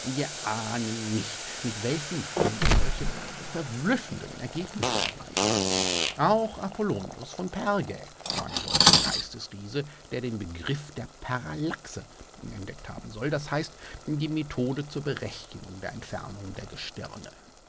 ahnen nicht mit welchen mitteln er solche verblüffende ergebnisse erreichte auch apollonius von pergä war ein solcher geistesriese der den begriff der parallaxe entdeckt haben soll das heißt die methode zur berechnung der entfernung der gestirne